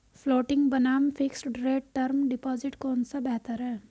Floating बनाम fixed rate term deposit कौन सा बेहतर है?